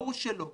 ברור שלא.